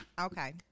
Okay